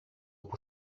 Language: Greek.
που